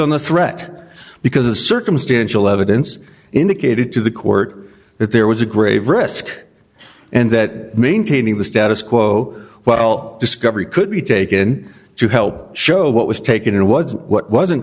the threat because the circumstantial evidence indicated to the court that there was a grave risk and that maintaining the status quo well discovery could be taken to help show what was taken